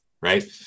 right